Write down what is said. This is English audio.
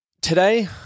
today